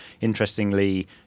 Interestingly